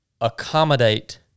accommodate